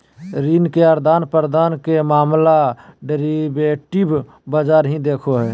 ऋण के आदान प्रदान के मामला डेरिवेटिव बाजार ही देखो हय